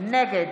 נגד